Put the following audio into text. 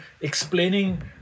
explaining